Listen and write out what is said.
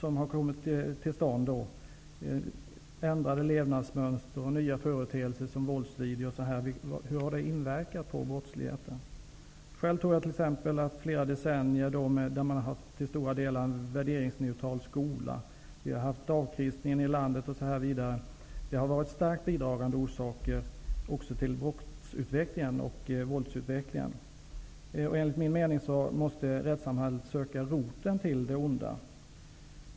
Är det ändrade levnadsmönster, nya företeelser som våldsvideo osv. som inverkar på brottsligheten? Själv tror jag exempelvis att flera decennier med till stora delar värderingsneutral skola, avkristning i landet, m.m. har varit starkt bidragande orsaker också till brotts och våldsutvecklingen. Enligt min mening måste rättssamhället söka roten till det onda.